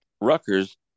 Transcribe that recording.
Rutgers